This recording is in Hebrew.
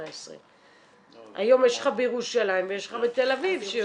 18. היום יש לך בירושלים ויש לך בתל אביב.